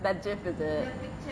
the gif is it